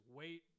wait